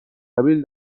قبیل